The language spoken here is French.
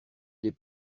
les